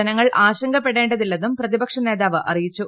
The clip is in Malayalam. ജനങ്ങൾ ആശങ്കപ്പെടേണ്ടതില്ലെന്നും പ്രതിപക്ഷ നേതാവ് അറിയിച്ചു